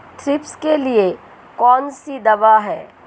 Thrips के लिए कौन सी दवा है?